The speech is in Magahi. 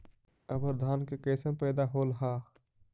अबर धान के कैसन पैदा होल हा?